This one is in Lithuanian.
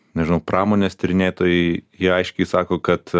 nežinau pramonės tyrinėtojai jie aiškiai sako kad